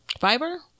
Fiber